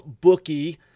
bookie